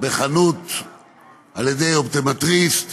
בחנות על ידי אופטומטריסט